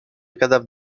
cadavres